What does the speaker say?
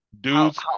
dudes